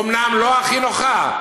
אומנם לא הכי נוחה,